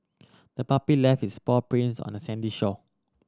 the puppy left its paw prints on the sandy shore